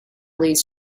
least